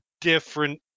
different